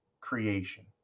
creation